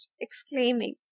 exclaiming